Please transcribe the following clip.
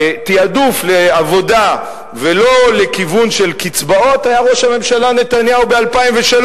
בתעדוף לעבודה ולא לכיוון של קצבאות היה ראש הממשלה נתניהו ב-2003.